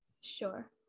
Sure